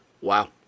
Wow